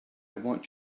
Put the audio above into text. want